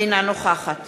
אינה נוכחת